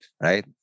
Right